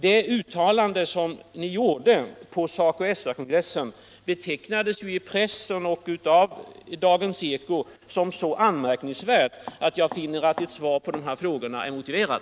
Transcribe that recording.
Det uttalande som ni gjorde på SACO/SR-kongressen betecknades ju av pressen och i Dagens eko som så anmärkningsvärt, att jag finner ett svar på dessa frågor vara motiverat.